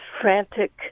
frantic